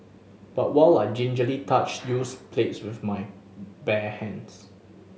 but while I gingerly touched used plates with my bare hands